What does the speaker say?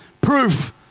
proof